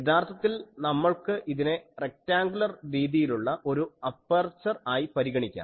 യഥാർത്ഥത്തിൽ നമ്മൾക്ക് ഇതിനെ റെക്ടാൻഗുലർ രീതിയിലുള്ള ഒരു അപ്പർച്ചർ ആയി പരിഗണിക്കാം